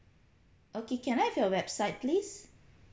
okay can I have your website please